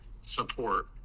support